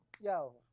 Yo